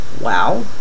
Wow